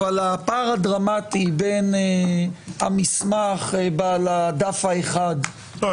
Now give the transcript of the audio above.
הפער הדרמטי בין המסמך בעל הדף האחד --- לא,